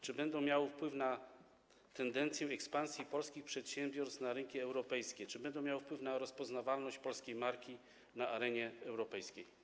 Czy będą miały wpływ na tendencję ekspansji polskich przedsiębiorstw na rynki europejskie, czy będą miały wpływ na rozpoznawalność polskiej marki na arenie europejskiej?